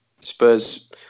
Spurs